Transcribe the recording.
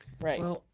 right